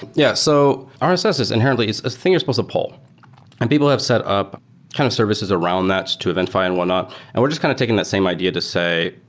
yeah. so ah and rss, inherently, it's a thing you're supposed to pull, and people have set up kind of services around that to eventify and whatnot and we're just kind of taking that same idea to say,